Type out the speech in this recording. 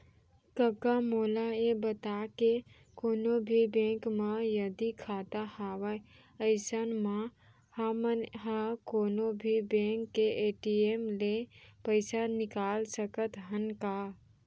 कका मोला ये बता के कोनों भी बेंक म यदि खाता हवय अइसन म हमन ह कोनों भी बेंक के ए.टी.एम ले पइसा निकाल सकत हन का?